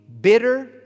bitter